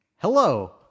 hello